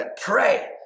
Pray